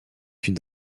une